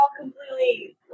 completely